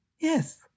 Yes